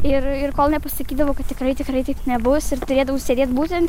ir ir kol nepasakydavau kad tikrai tikrai taip nebus ir turėdavau sėdėt būtent